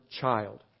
child